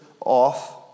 off